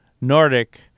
Nordic